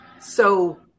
So-